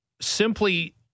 simply